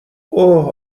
اوه